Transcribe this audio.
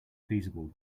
feasible